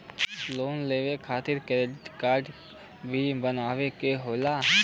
Loan लेवे खातिर credit काडे भी बनवावे के होला?